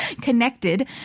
connected